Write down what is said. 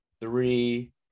three